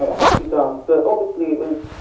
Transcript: it had to be done. but obviously it was,